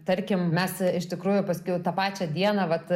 tarkim mes iš tikrųjų paskiau tą pačią dieną vat